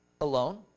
alone